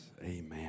Amen